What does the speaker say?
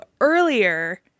earlier